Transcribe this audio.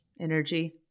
energy